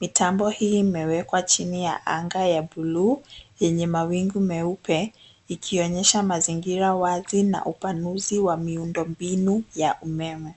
Mitambo hii imewekwa chini ya anga ya blue yenye mawingu meupe, ikionyesha mazingira wazi na upanuzi wa miundo mbinu ya umeme.